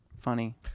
funny